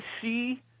see